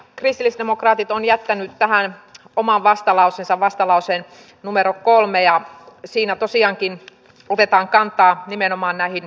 kristillisdemokraatit on jättänyt tähän oman vastalauseensa vastalauseen numero kolme ja siinä tosiaankin otetaan kantaa nimenomaan näiden